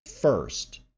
first